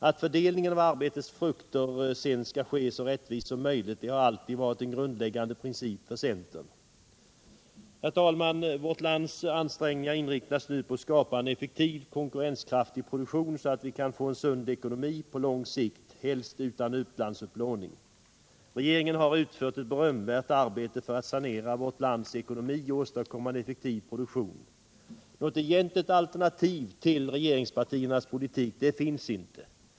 Att fördelningen av arbetets frukter sedan skall ske så rättvist som möjligt har alltid varit en grundläggande princip för centern. Herr talman! Vårt lands ansträngningar inriktas nu på att skapa effektiv konkurrenskraftig produktion, så att vi kan få en sund ekonomi på lång sikt, helst utan utlandsupplåning. Regeringen har utfört ett berömvärt arbete för att sanera vårt lands ekonomi och åstadkomma en effektiv produktion. Något egentligt alternativ till regeringspartiernas politik finns inte.